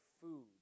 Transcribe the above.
food